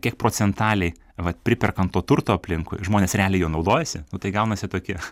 kiek procentaliai vat priperkam to turto aplinkui žmonės realiai juo naudojasi o tai gaunasi tokie